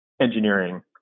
engineering